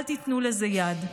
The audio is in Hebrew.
אל תיתנו לזה יד.